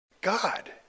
God